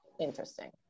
interesting